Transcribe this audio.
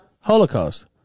Holocaust